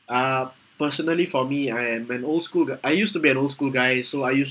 uh personally for me I am an old school g~ I used to be an old school guy so I used